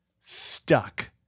stuck